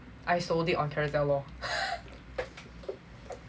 I sold it on Carousell lor